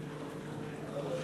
החסימה.